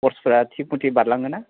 कर्सफ्रा थिग मथे बारलाङोना